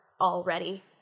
already